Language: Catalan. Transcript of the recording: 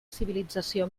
civilització